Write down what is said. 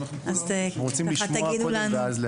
אנחנו רוצים לשמוע קודם ואז להתייחס.